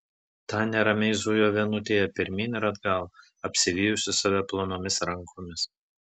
ta neramiai zujo vienutėje pirmyn ir atgal apsivijusi save plonomis rankomis